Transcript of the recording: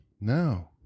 No